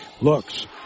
looks